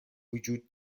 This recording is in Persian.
وجود